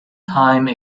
time